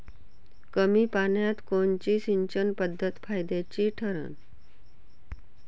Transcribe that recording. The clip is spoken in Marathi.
कमी पान्यात कोनची सिंचन पद्धत फायद्याची ठरन?